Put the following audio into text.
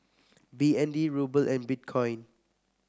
B N D Ruble and Bitcoin